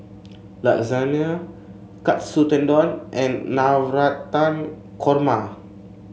Lasagne Katsu Tendon and Navratan Korma